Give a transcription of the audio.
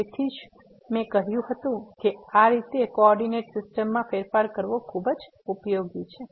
તેથી તે જ મેં કહ્યું હતું કે આ રીતે કોઓર્ડીનેટ સિસ્ટમમાં ફેરફાર કરવો ખૂબ જ ઉપયોગી છે